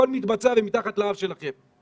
הכול מתבצע מתחת לאף שלכם.